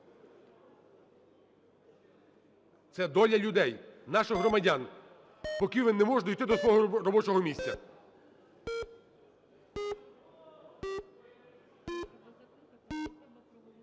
Це доля людей, наших громадян, поки ви не можете дійти до свого робочого місця.